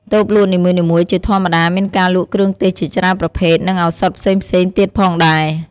តូបលក់នីមួយៗជាធម្មតាមានការលក់គ្រឿងទេសជាច្រើនប្រភេទ និងឱសថផ្សេងៗទៀតផងដែរ។